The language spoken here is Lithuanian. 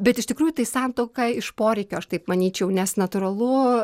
bet iš tikrųjų tai santuoka iš poreikio aš taip manyčiau nes natūralu